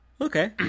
Okay